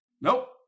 Nope